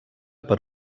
per